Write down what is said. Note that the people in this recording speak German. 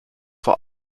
vor